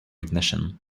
ignition